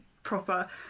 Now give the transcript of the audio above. proper